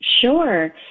Sure